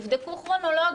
תבדקו כרונולוגית.